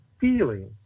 Feeling